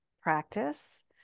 practice